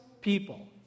people